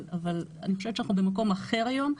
אבל, אני חושבת שאנחנו במקום אחר היום,